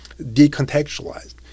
decontextualized